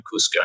Cusco